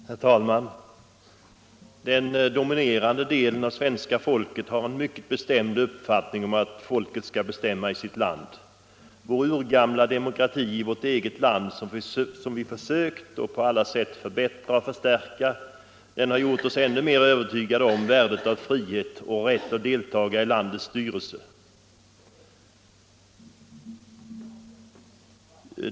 Herr talman! Den dominerande delen av svenska folket har en mycket bestämd uppfattning om att folket skall bestämma i sitt land. Den urgamla demokratin i vårt eget land, som vi försökt att på alla sätt förbättra och förstärka, har gjort oss ännu mera övertygade om värdet av frihet och rätt att deltaga i landets styrelse.